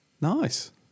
Nice